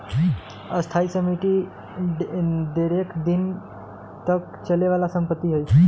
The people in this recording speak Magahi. स्थाइ सम्पति ढेरेक दिन तक चले बला संपत्ति हइ